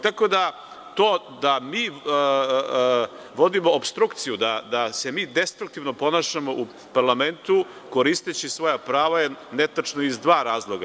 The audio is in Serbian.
Tako da to da mi vodimo opstrukciju, da se mi destruktivno ponašamo u parlamentu koristeći svoja prava je netačno iz dva razloga.